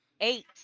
Eight